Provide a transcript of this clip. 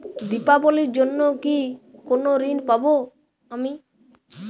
দীপাবলির জন্য কি কোনো ঋণ পাবো আমি?